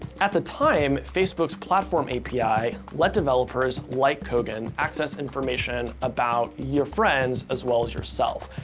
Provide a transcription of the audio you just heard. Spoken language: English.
at the time, facebook's platform api let developers like kogan access information about your friends as well as yourself.